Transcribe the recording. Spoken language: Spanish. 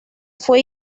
fue